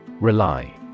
Rely